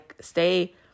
stay